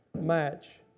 match